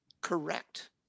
correct